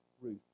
Ruth